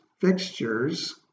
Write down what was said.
fixtures